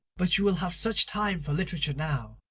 but you will have such time for literature now.